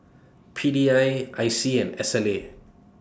P D I I C and Sla